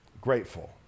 grateful